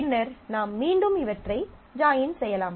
பின்னர் நாம் மீண்டும் இவற்றை ஜாயின் செய்யலாம்